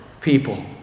people